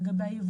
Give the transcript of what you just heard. לגבי היבואן.